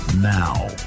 Now